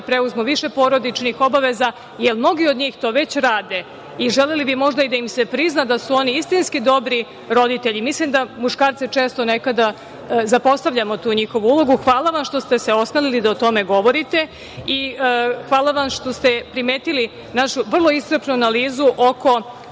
preuzmu više porodičnih obaveza, jer mnogi od njih to već rade i želeli bi možda i da im se prizna da su oni istinski dobri roditelji. Mislim da muškarce često, nekada, zapostavljamo tu njihovu ulogu. Hvala što ste se osmelili da o tome govorite i hvala vam što ste primetili našu vrlo iscrpnu analizu oko